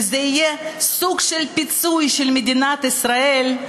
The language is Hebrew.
וזה יהיה סוג של פיצוי של מדינת ישראל.